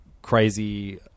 crazy